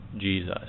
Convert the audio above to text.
Jesus